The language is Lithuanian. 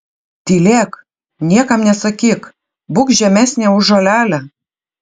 tylėk niekam nesakyk būk žemesnė už žolelę